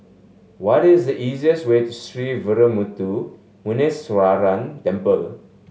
what is the easiest way to Sree Veeramuthu Muneeswaran Temple